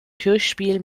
kirchspiel